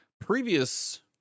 previous